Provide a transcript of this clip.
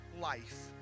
life